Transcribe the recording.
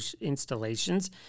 installations